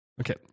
okay